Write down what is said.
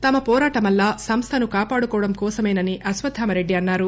తమ పోరాటమల్లా సంస్థను కాపాడుకోవడం కోసమేనని అశ్వత్థామరెడ్డి అన్నారు